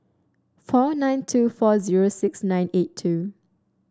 four nine two four zero six nine eight two